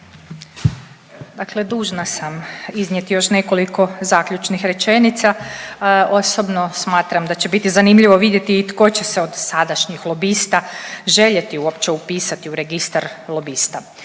Dakle dužna sam iznijeti još nekoliko zaključnih rečenica. Osobno smatram da će biti zanimljivo vidjeti i tko će se od sadašnjih lobista željeti uopće upisati u Registar lobista,